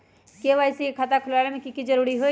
KYC के खाता खुलवा में की जरूरी होई?